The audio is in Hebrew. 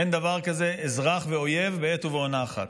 אין דבר כזה אזרח ואויב בעת ובעונה אחת.